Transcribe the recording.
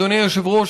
אדוני היושב-ראש,